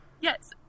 Yes